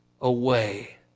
away